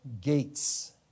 gates